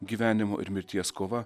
gyvenimo ir mirties kova